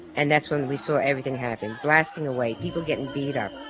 and that's when we saw everything happen, blasting away. people getting beat up.